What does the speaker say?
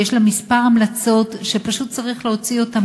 שיש לה כמה המלצות שפשוט צריך להוציא אותן